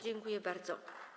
Dziękuję bardzo.